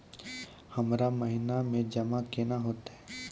हमरा महिना मे जमा केना हेतै?